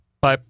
Bye